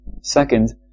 Second